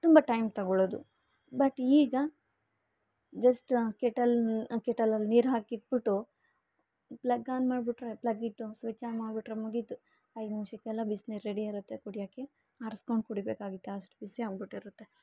ತುಂಬ ಟೈಮ್ ತಗೊಳ್ಳೊದು ಬಟ್ ಈಗ ಜಸ್ಟ್ ಕೆಟಲ್ ಕೆಟಲಲ್ಲಿ ನೀರು ಹಾಕಿ ಇಟ್ಬುಟ್ಟು ಪ್ಲಗ್ ಆನ್ ಮಾಡಿಬಿಟ್ರೇ ಪ್ಲಗ್ ಇಟ್ಟು ಸ್ವಿಚ್ ಆನ್ ಮಾಡಿಬಿಟ್ರೆ ಮುಗೀತು ಐದು ನಿಮಿಷಕ್ಕೆಲ್ಲಾ ಬಿಸಿನೀರ್ ರೆಡಿ ಇರುತ್ತೆ ಕುಡಿಯೋಕೆ ಆರಿಸ್ಕೊಂಡ್ ಕುಡಿಬೇಕಾಗುತ್ತೆ ಅಷ್ಟು ಬಿಸಿ ಆಗಿಬಿಟ್ಟಿರುತ್ತೆ